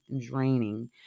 draining